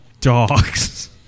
Dogs